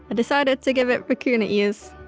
ah decided to give it vicuna ears.